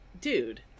Dude